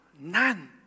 none